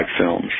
films